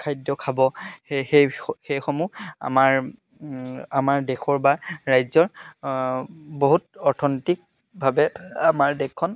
খাদ্য খাব সেই সেই সেইসমূহ আমাৰ আমাৰ দেশৰ বা ৰাজ্যৰ বহুত অৰ্থনৈতিকভাৱে আমাৰ দেশখন